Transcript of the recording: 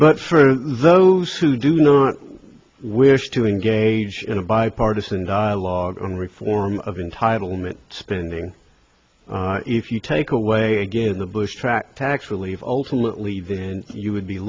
but for those who do not wish to engage in a bipartisan dialogue on reform of entitlement spending if you take away again the bush track tax relief ultimately even you